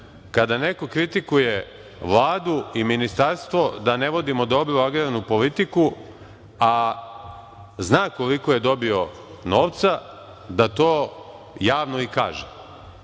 kada neko kritikuje Vladu i Ministarstvo da ne vodimo dobro agrarnu politiku, a zna koliko je dobio novca, da to javno i kaže.